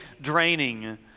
draining